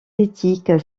éthique